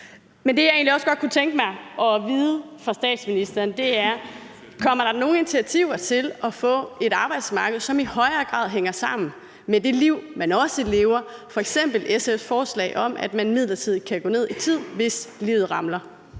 jeg egentlig også godt kunne tænke mig at få at vide af statsministeren, er: Kommer der nogen initiativer til at skabe et arbejdsmarked, som i højere grad hænger sammen med det liv, man også lever, f.eks. som SF's forslag om, at man midlertidigt kan gå ned i tid, hvis livet ramler?